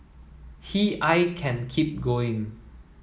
he I can keep going